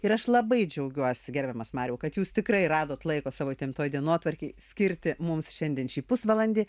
ir aš labai džiaugiuosi gerbiamas mariau kad jūs tikrai radote laiko savo įtemptoj dienotvarkėj skirti mums šiandien šį pusvalandį